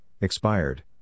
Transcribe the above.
expired